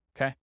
Okay